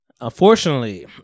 unfortunately